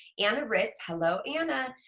anna ritz, hello anna,